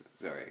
Sorry